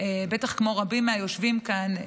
בטח כמו רבים מהיושבים כאן,